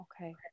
Okay